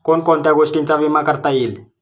कोण कोणत्या गोष्टींचा विमा करता येईल?